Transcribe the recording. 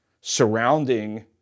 surrounding